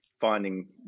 finding